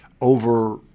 over